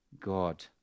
God